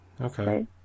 okay